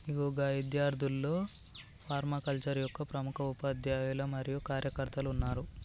ఇగో గా ఇద్యార్థుల్లో ఫర్మాకల్చరే యొక్క ప్రముఖ ఉపాధ్యాయులు మరియు కార్యకర్తలు ఉన్నారు